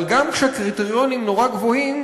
אבל גם כשהקריטריונים נורא גבוהים,